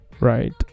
right